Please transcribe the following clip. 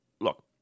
Look